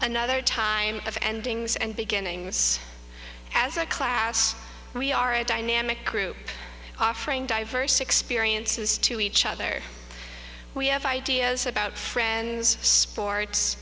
another time of endings and beginnings as a class we are a dynamic group offering diverse experiences to each other we have ideas about friends sports